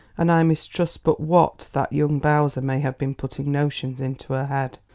and i mistrust but what that young bowser may have been putting notions into her head.